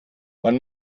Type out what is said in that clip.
wann